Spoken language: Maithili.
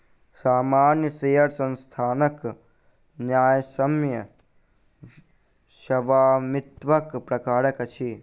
सामान्य शेयर संस्थानक न्यायसम्य स्वामित्वक प्रकार अछि